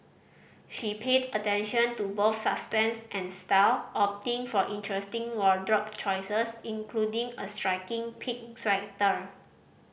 she paid attention to both substance and style opting for interesting wardrobe choices including a striking pink sweater